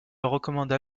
recommanda